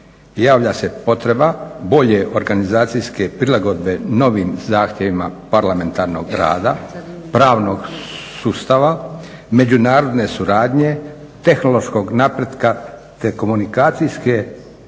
javlja se potreba bolje organizacijske prilagodbe novim zahtjevima parlamentarnog rada, pravnog sustava, međunarodne suradnje, tehnološkog napretka te komunikacijske